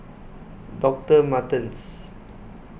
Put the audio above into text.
Doctor Martens